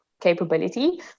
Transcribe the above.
capability